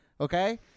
Okay